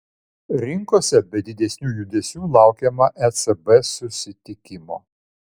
rinkose be didesnių judesių laukiama ecb susitikimo